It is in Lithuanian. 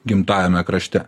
gimtajame krašte